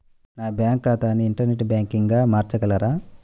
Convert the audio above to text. నా బ్యాంక్ ఖాతాని ఇంటర్నెట్ బ్యాంకింగ్గా మార్చగలరా?